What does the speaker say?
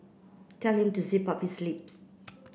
tell him to zip up his lips